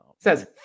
Says